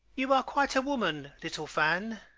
you are quite a woman, little fan!